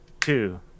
two